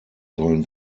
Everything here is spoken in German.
sollen